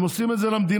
הם עושים את זה למדינה,